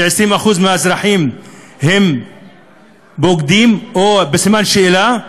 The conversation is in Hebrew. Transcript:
ש-20% מהאזרחים הם בוגדים או בסימן שאלה?